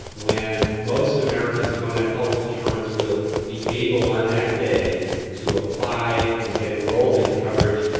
when most americans who don't have health insurance will be able on that day to apply and get enrolled in coverage,